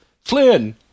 Flynn